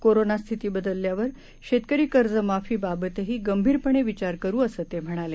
corona स्थिती बदलल्यावर शेतकरी कर्जमाफी बाबतही गंभीरपणे विचार करू असं ते म्हणाले